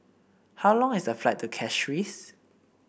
how long is the flight to Castries